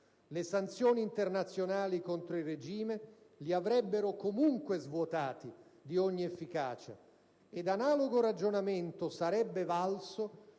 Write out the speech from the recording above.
Le sanzioni internazionali contro il regime li avrebbero comunque svuotati di ogni efficacia, ed analogo ragionamento sarebbe valso